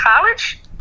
college